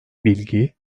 bilgi